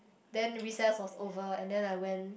then recess was over and then I went